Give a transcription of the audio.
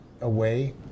away